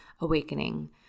awakening